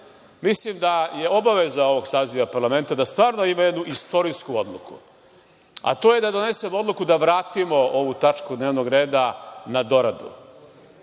stane. Mislim da je obaveza ovog saziva parlamenta da stvarno ima jednu istorijsku odluku, a to je da donesem odluku da vratimo ovu tačku dnevnog reda na doradu,